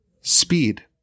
speed